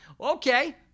Okay